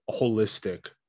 holistic